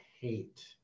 hate